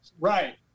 Right